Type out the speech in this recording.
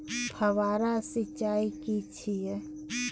फव्वारा सिंचाई की छिये?